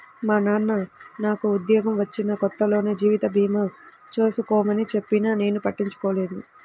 మా నాన్న నాకు ఉద్యోగం వచ్చిన కొత్తలోనే జీవిత భీమా చేసుకోమని చెప్పినా నేను పట్టించుకోలేదు